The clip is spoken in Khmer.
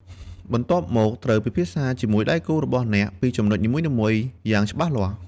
បន្ទាប់មក ត្រូវពិភាក្សាជាមួយដៃគូរបស់អ្នកពីចំណុចនីមួយៗយ៉ាងច្បាស់លាស់។